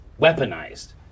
weaponized